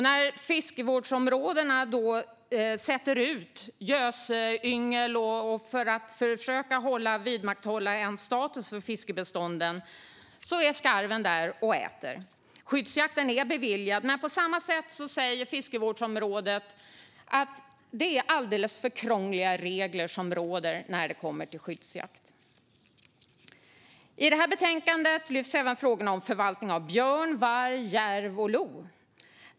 När fiskevårdsområdet då sätter ut gösyngel för att försöka upprätthålla fiskebeståndens status är skarven där och äter. Skyddsjakt är beviljad, men fiskevårdsområdet säger att det är alldeles för krångliga regler som råder för skyddsjakt. Betänkandet tar även upp frågorna om förvaltning av björn, varg, järv och lo.